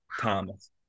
Thomas